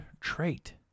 trait